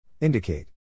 Indicate